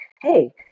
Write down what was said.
Hey